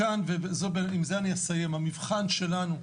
המבחן שלנו,